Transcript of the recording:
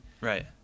Right